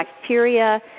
bacteria